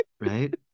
Right